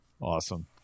Awesome